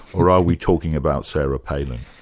or are we talking about sarah palin?